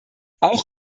auch